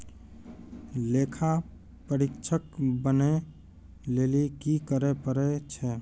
लेखा परीक्षक बनै लेली कि करै पड़ै छै?